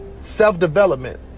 self-development